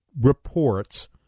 reports